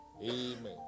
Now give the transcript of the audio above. Amen